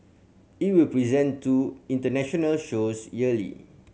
it will present two international shows yearly